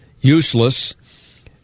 useless